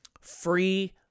free